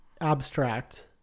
Abstract